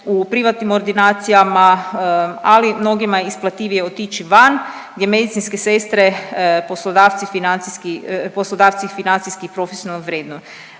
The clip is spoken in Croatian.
u privatnim ordinacijama ali mnogima je isplativije otići van gdje medicinske sestre poslodavci financiji, poslodavci